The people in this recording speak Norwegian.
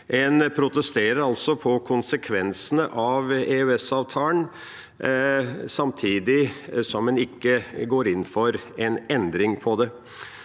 En protesterer altså mot konsekvensene av EØS-avtalen samtidig som en ikke går inn for en endring.